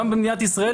גם במדינת ישראל,